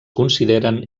consideren